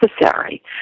necessary